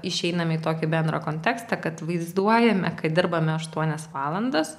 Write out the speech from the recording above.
išeiname į tokį bendrą kontekstą kad vaizduojame kad dirbame aštuonias valandas